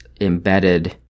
embedded